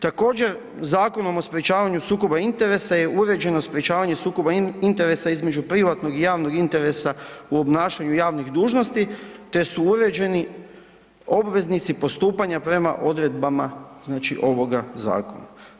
Također Zakonom o sprječavanju sukoba interesa je uređeno sprječavanje sukoba interesa između privatnog i javnog interesa u obnašanju javnih dužnosti te su uređeni obveznici postupanja prema odredbama znači ovoga zakona.